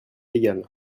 égal